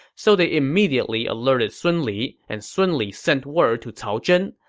so they immediately alerted sun li, and sun li sent word to cao zhen.